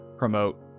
promote